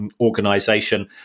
Organization